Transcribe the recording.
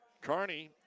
Carney